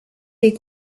des